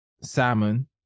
salmon